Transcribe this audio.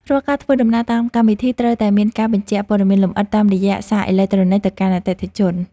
រាល់ការធ្វើដំណើរតាមកម្មវិធីត្រូវតែមានការបញ្ជាក់ព័ត៌មានលម្អិតតាមរយៈសារអេឡិចត្រូនិកទៅកាន់អតិថិជន។